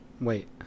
wait